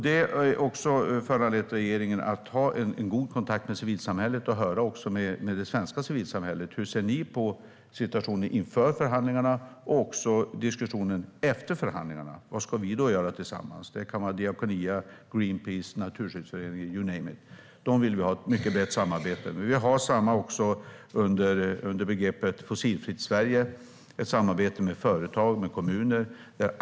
Detta har också föranlett regeringen att ha en god kontakt med civilsamhället och höra med dem hur de ser på situationen inför förhandlingarna och också diskussionen efter förhandlingarna: Vad ska vi då göra tillsammans? Det kan vara Diakonia, Greenpeace, Naturskyddsföreningen - you name it. Dem vill vi ha ett mycket brett samarbete med, och vi har också ett samarbete med företag och kommuner under begreppet Fossilfritt Sverige.